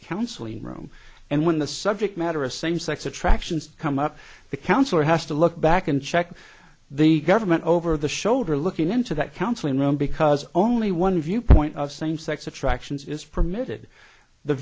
counseling room and when the subject matter of same sex attractions come up the counselor has to look back and check the government over the shoulder looking into that counseling room because only one viewpoint of same sex attractions is permitted the